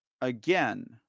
again